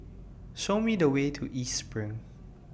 Show Me The Way to East SPRING